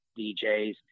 djs